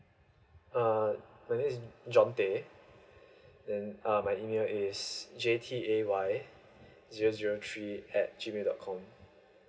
uh my name is john day then my email is J T A Y zero zero three at G mail dot com